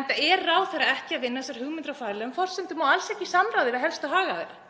enda er ráðherra ekki að vinna þessar hugmyndir á faglegum forsendum og alls ekki í samráði við helstu hagaðila.